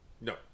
No